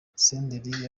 senderi